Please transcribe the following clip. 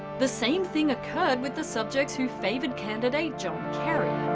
the same thing occurred with the subjects who favored candidate john kerry.